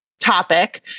topic